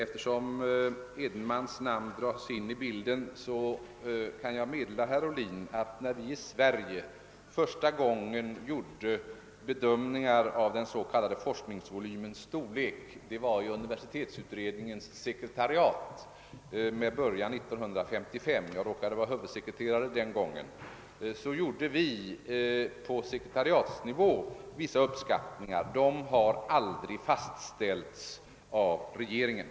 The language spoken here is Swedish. Eftersom herr Edenmans namn drogs in i debatten kan jag meddela herr Ohlin, att det var universitetsutredningens sekretariat som 1955 för första gången i Sverige gjorde en bedömning av forskningsvolymens storlek. Jag var huvudsekreterare där, och vi gjorde på sekretariatsnivå vissa uppskattningar, som emellertid aldrig har fastställts av regeringen.